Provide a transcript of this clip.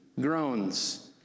groans